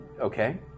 Okay